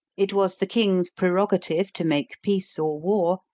it was the king's prerogative to make peace or war,